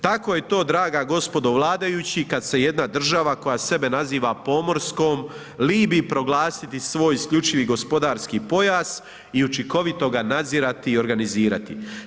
Tako je to draga gospodo vladajući kada se jedna država koja sebe naziva pomorskom libi proglasiti svoj iskljčivi gospodarski pojas i učinkovito ga nadzirati i organizirati.